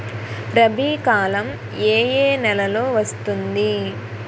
రబీ కాలం ఏ ఏ నెలలో వస్తుంది?